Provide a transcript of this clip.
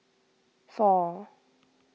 four